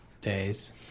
Days